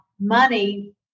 money